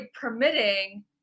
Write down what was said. permitting